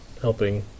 helping